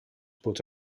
put